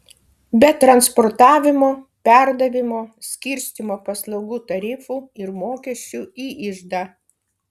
be transportavimo perdavimo skirstymo paslaugų tarifų ir mokesčių į iždą